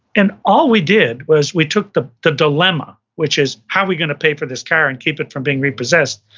and all we did was we took the the dilemma, which is, how are we gonna pay for this car and keep it from being repossessed?